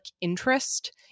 interest